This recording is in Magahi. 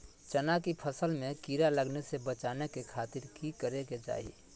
चना की फसल में कीड़ा लगने से बचाने के खातिर की करे के चाही?